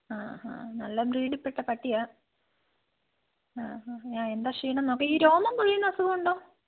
ആ ആ നല്ല ബ്രീഡിൽ പെട്ട പട്ടിയാണ് ആ ആ എന്താ ക്ഷീണം എന്ന് നോക്കാം ഈ രോമം പൊഴിയുന്ന അസുഖം ഉണ്ടോ